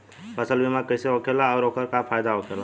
फसल बीमा कइसे होखेला आऊर ओकर का फाइदा होखेला?